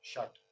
Shut